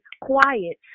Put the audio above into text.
quiet